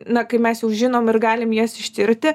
na kai mes jau žinom ir galim jas ištirti